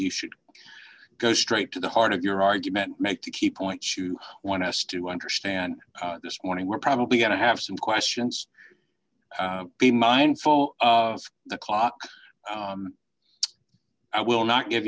you should go straight to the heart of your argument make the key point you want us to understand this morning we're probably going to have some questions be mindful of the clock i will not give